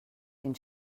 den